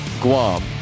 Guam